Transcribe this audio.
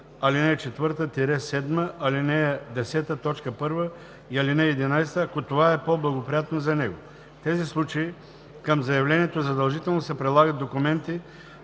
ал. 4 – 7, ал. 10, т. 1 и ал. 11, ако това е по-благоприятно за него. В тези случаи към заявлението задължително се прилагат документи